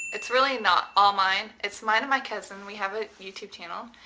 it's really not all mine, it's mine and my cousin, we have a youtube channel.